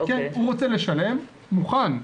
הוא רוצה לשלם, מוכן.